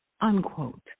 unquote